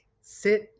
sit